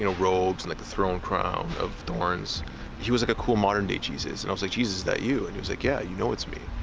you know robes and like the throne crown of thorns he was like a cool modern day jesus and i was like jesus that you and he was like, yeah, you know it's me,